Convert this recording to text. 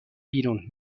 بیرون